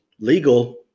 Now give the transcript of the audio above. legal